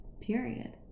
period